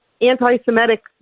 anti-Semitic